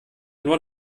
nur